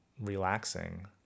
relaxing